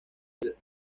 del